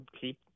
keep